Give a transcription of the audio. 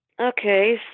Okay